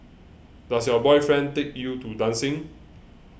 does your boyfriend take you to dancing